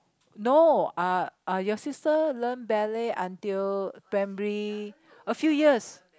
no uh uh your sister learn ballet until primary a few years